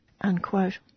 unquote